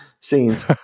scenes